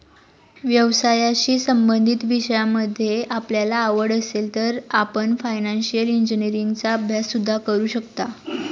व्यवसायाशी संबंधित विषयांमध्ये आपल्याला आवड असेल तर आपण फायनान्शिअल इंजिनीअरिंगचा अभ्यास सुद्धा करू शकता